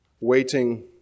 waiting